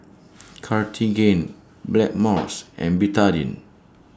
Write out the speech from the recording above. Cartigain Blackmores and Betadine